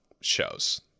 shows